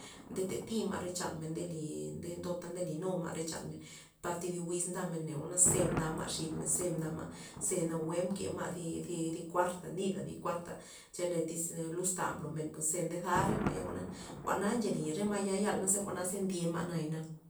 Ndeta tima' re chanmen ndeli ndota nde linu ma' re chanmen par thi di wiz na nda men na neo ze mda ma' xid men ze mda ma' ze nawue mke ma' zi- zi kuart nida zi kuarta chele tyz luz ta mblo men pues ze ndeza re ma'ya jwa'na jwa'na ncheli re ma'ya yal jwa'naza ndye ma' naya na.